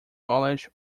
college